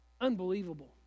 Unbelievable